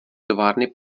továrny